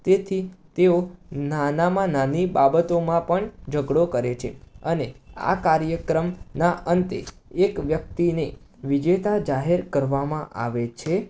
તેથી તેઓ નાનામાં નાની બાબતોમાં પણ ઝઘડો કરે છે અને આ કાર્યક્રમના અંતે એક વ્યક્તિને વિજેતા જાહેર કરવામાં આવે છે